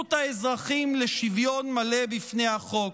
זכות האזרחים לשוויון מלא בפני החוק.